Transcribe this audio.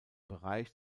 bereich